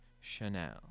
Chanel